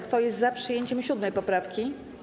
Kto jest za przyjęciem 7. poprawki?